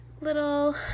little